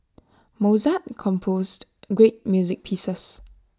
Mozart composed great music pieces